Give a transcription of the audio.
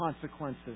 consequences